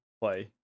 play